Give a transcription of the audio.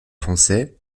français